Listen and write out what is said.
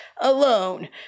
alone